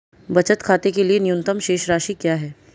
बचत खाते के लिए न्यूनतम शेष राशि क्या है?